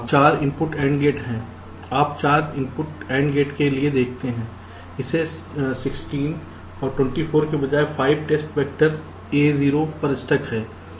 अब 4 input AND gate है आप 4 इनपुट AND गेट के लिए देखते हैं हमें 16 24 के बजाय 5 टेस्ट वैक्टर चाहिए